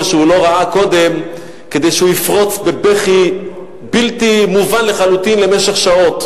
שהוא לא ראה קודם כדי שיפרוץ בבכי בלתי מובן לחלוטין למשך שעות.